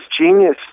genius